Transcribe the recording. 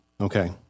Okay